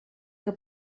que